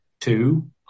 Two